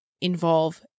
involve